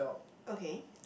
okay